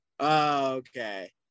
Okay